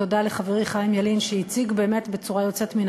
תודה לחברי חיים ילין שהציג באמת בצורה יוצאת מן